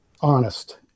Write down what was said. honest